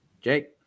Jake